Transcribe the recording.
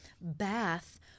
bath